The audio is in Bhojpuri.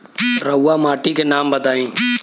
रहुआ माटी के नाम बताई?